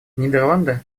нидерланды